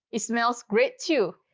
it smells great too.